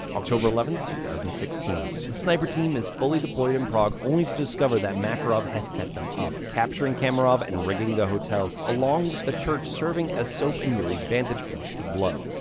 october eleven, two thousand and sixteen. the sniper team is fully deployed in prague only to discover that makarov has set them up, capturing kamarov and rigging the hotel, along with the church serving as soap and yuri's vantage point to blow.